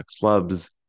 clubs